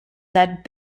that